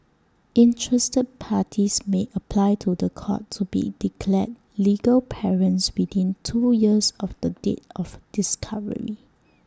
interested parties may apply to The Court to be declared legal parents within two years of the date of discovery